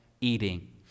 eating